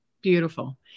beautiful